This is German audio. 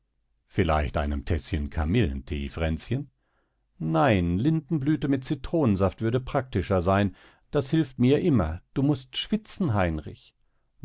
vielleicht einem täßchen kamillenthee fränzchen nein lindenblüte mit zitronensaft würde praktischer sein das hilft mir immer du mußt schwitzen heinrich